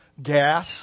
gas